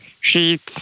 sheets